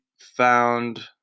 found